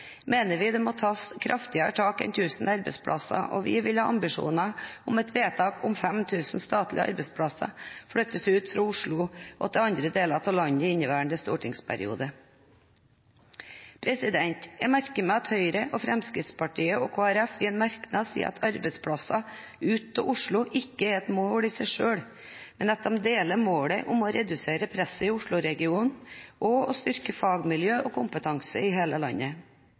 mener vi det må tas kraftigere tak enn utflytting av 1 000 arbeidsplasser. Vi vil ha som ambisjon et vedtak om at 5 000 statlige arbeidsplasser flyttes ut av Oslo og til andre deler av landet i inneværende stortingsperiode. Jeg merker meg at Høyre, Fremskrittspartiet og Kristelig Folkeparti i en merknad sier at «arbeidsplassar ut av Oslo» ikke er et mål i seg selv, men at de deler målet om å redusere presset i Osloregionen og «styrke fagmiljø og kompetanse» i hele landet.